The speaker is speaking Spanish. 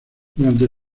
durante